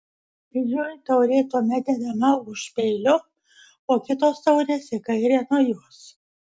didžioji taurė tuomet dedama už peilio o kitos taurės į kairę nuo jos